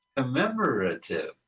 Commemorative